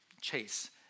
chase